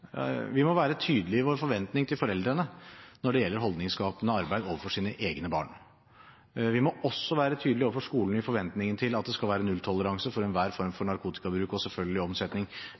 tydelige i vår forventning til foreldre når det gjelder holdningsskapende arbeid overfor egne barn. Vi må også være tydelige overfor skolen i forventningen til at det skal være nulltoleranse for enhver form for narkotikabruk og, selvfølgelig,